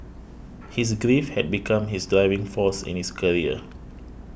his grief had become his driving force in his career